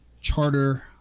Charter